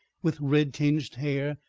with red-tinged hair,